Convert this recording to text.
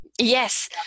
yes